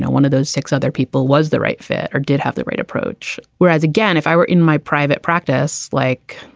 one of those six other people was the right fit or did have the right approach. whereas, again, if i were in my private practice, like,